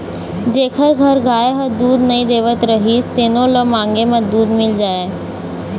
जेखर घर गाय ह दूद नइ देवत रहिस तेनो ल मांगे म दूद मिल जाए